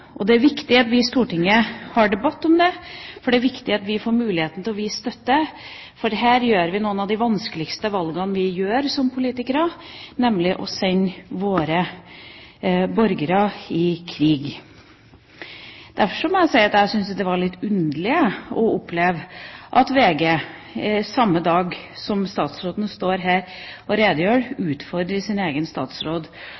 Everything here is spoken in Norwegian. sammenhengen. Det er viktig at vi i Stortinget har debatt om dette. Det er viktig at vi får muligheten til å vise støtte, for her tar vi noen av de vanskeligste valgene vi har som politikere, nemlig å sende våre borgere i krig. Derfor må jeg si at jeg syns det er litt underlig å oppleve at SV samme dag som statsråden står her og redegjør,